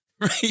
right